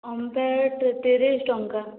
ଓମଫେଡ଼ ତିରିଶ ଟଙ୍କା